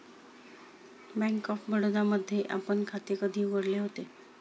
Bank of Baroda मध्ये आपण खाते कधी उघडले होते?